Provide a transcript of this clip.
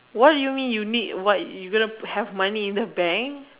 what you mean you need what you gonna have money in the bank